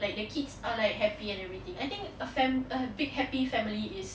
like the kids are like happy and everything I think a fam~ a big happy family is